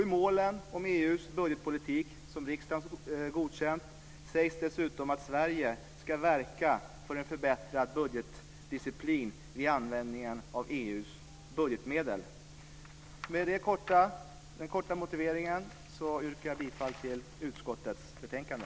I målen för EU:s budgetpolitik, som riksdagen har godkänt, sägs dessutom att Sverige ska verka för en förbättrad budgetdisciplin vid användningen av EU:s budgetmedel. Men denna korta motivering yrkar jag bifall till utskottets förslag.